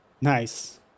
Nice